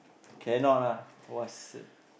cannot ah !wahseh!